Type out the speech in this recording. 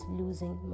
losing